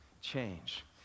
change